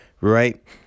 right